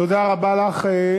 איזה מפלגות?